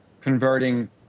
converting